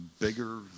bigger